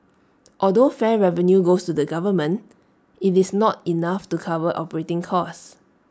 although fare revenue goes to the government IT is not enough to cover operating costs